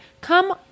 Come